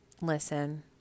listen